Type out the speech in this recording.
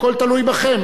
הכול תלוי בכם.